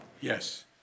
Yes